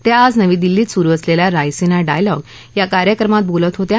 त्या आज नवी दिल्लीत सुरु असलेल्या रायसीना डायलॉग या कार्यक्रमात बोलत होत्या